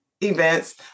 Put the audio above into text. events